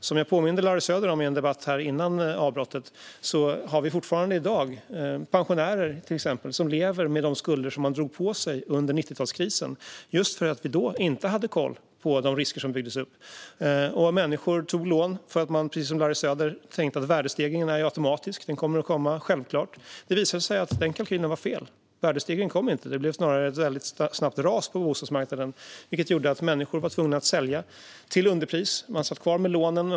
Som jag påminde Larry Söder om i en debatt före avbrottet har vi fortfarande i dag pensionärer, till exempel, som lever med de skulder de drog på sig under 90-talskrisen, just för att vi då inte hade koll på de risker som byggdes upp. Människor tog lån för att de, precis som Larry Söder, tänkte att värdestegringen var automatisk och att den självklart skulle komma. Det visade sig att den kalkylen var fel. Värdestegringen kom inte. Det blev snarare ett väldigt snabbt ras på bostadsmarknaden, vilket gjorde att människor var tvungna att sälja till underpris. Man satt kvar med lånen.